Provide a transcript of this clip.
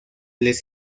les